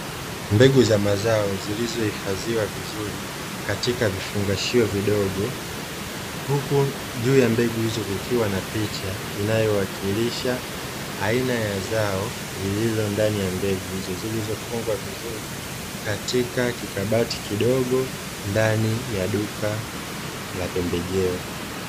Mbegu za mazao zilizohifadhiwa vizuri katika vifungashio vidogo huku juu ya mbegu hizo kukiwana picha inayowakirisha aina ya zao lililo ndani ya mbegu hizo zilizofungwa vizuri katika kibakati kidogo ndani ya duka la pembejeo.